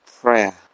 prayer